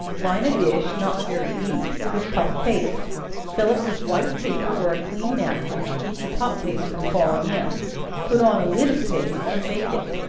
line a dish, not very deep, with puff paste fill it with white paper, or a clean napkin, to keep the top paste from falling in put on a lid of paste, and bake it.